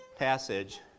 passage